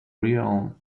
realm